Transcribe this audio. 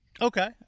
Okay